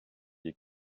ait